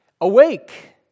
Awake